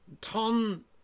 Tom